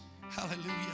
Hallelujah